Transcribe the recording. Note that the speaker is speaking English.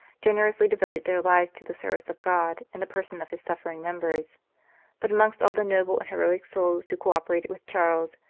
generously devoted their lives to the service of god in the person of his suffer ing members but amongst all the noble and heroic souls who co-operated with charles,